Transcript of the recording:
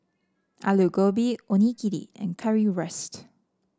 Alu Gobi Onigiri and Currywurst